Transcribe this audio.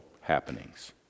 happenings